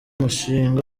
mushinga